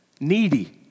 needy